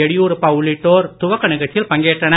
எடியூரப்பா உள்ளிட்டோர் துவக்க நிகழ்ச்சியில் பங்கேற்றனர்